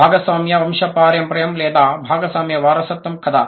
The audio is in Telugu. భాగస్వామ్య వంశపారంపర్యం లేదా భాగస్వామ్య వారసత్వం కదా